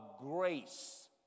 grace